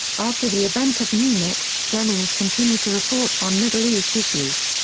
after the events of munich, jennings continued to report on middle east issues.